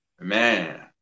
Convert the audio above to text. Man